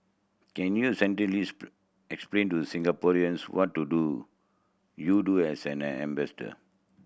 can you explain to Singaporeans what to do you do as an an ambassador